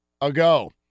ago